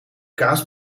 kaas